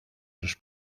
sus